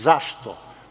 Zašto?